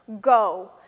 go